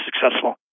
successful